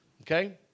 Okay